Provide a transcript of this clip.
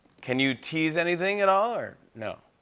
can you tease anything at all? or no?